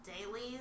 dailies